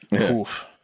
Oof